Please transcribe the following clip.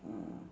ah